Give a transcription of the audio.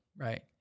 right